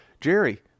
Jerry